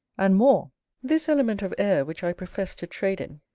and more this element of air which i profess to trade in,